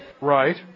Right